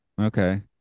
Okay